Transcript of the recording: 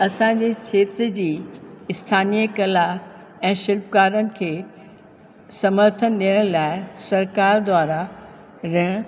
असांजे खेत्र जी स्थानीअ कला ऐं शिल्पकारनि खे समर्थन ॾियण लाइ सरकारि द्वारा रहण